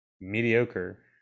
mediocre